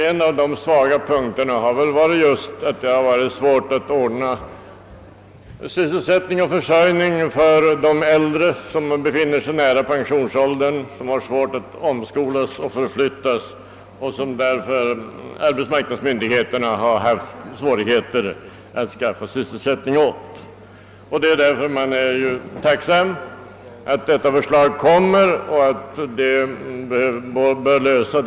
En av dessa svaga punkter har varit att det ställt sig svårt att ordna sysselsättning och försörjning för de äldre nära pensionsåldern, som har svårt att omskolas och förflyttas och som arbetsmarknadsmyndigheterna därför har haft svårigheter att bereda sysselsättning. Jag är tacksam för att detta förslag har lagts fram.